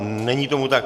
Není tomu tak.